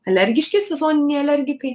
alergiški sezoniniai alergikai